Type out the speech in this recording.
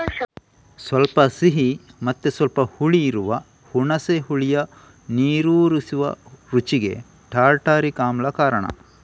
ಸ್ವಲ್ಪ ಸಿಹಿ ಮತ್ತೆ ಸ್ವಲ್ಪ ಹುಳಿ ಇರುವ ಹುಣಸೆ ಹುಳಿಯ ನೀರೂರಿಸುವ ರುಚಿಗೆ ಟಾರ್ಟಾರಿಕ್ ಆಮ್ಲ ಕಾರಣ